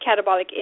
catabolic